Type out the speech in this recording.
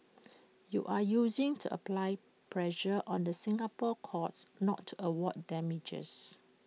you are using to apply pressure on the Singapore courts not to award damages